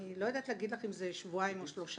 אני לא יודעת להגיד לך אם זה שבועיים או שלושה,